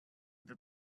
that